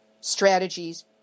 strategies